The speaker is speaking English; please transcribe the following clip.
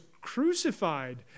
crucified